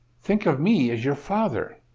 think of me as your father?